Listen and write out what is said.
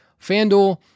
FanDuel